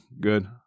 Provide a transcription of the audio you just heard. Good